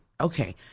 okay